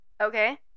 Okay